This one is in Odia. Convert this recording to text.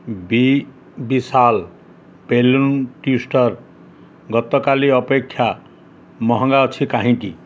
ବି ବିଶାଲ୍ ବେଲୁନ୍ ଟ୍ଵିଷ୍ଟର୍ ଗତକାଲି ଅପେକ୍ଷା ମହଙ୍ଗା ଅଛି କାହିଁକି